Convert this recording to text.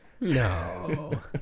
No